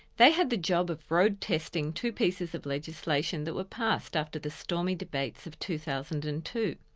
they had the job of road testing two pieces of legislation that were passed after the stormy debates of two thousand and two.